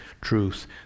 truth